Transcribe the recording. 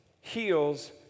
heals